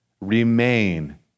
remain